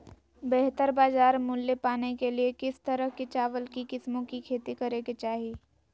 बेहतर बाजार मूल्य पाने के लिए किस तरह की चावल की किस्मों की खेती करे के चाहि?